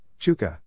Chuka